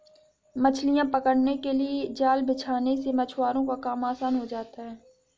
मछलियां पकड़ने के लिए जाल बिछाने से मछुआरों का काम आसान हो जाता है